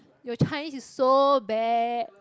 your Chinese is so bad